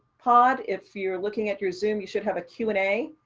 pod. if you're looking at your zoom, you should have a q and a.